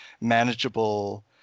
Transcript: manageable